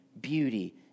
beauty